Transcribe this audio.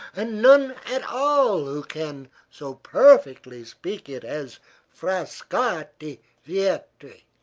and none at all who can so perfectly speak it as frascatti vietri.